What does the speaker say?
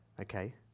Okay